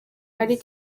ari